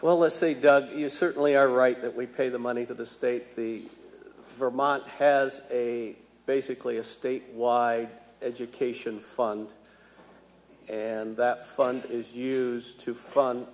well let's say doug you certainly are right that we pay the money for the state the vermont has a basically a state why education fund and that fund is used to fund